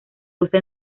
usa